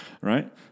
Right